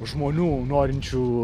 žmonių norinčių